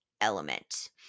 element